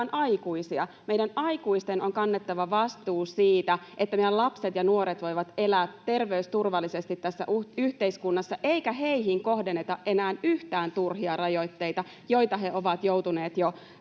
Meidän aikuisten on kannettava vastuu siitä, että meidän lapset ja nuoret voivat elää terveysturvallisesti tässä yhteiskunnassa eikä heihin kohdenneta enää yhtään turhia rajoitteita, joita he ovat joutuneet noudattamaan